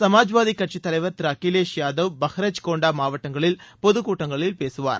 சமாஜ்வாதி கட்சி தலைவர் திரு அகிலேஷ் யாதவ் பஹ்ரஜ் கோண்டா மாவட்டங்களில் பொதுக்கூட்டங்களில் பேசுவார்